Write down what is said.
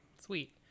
sweet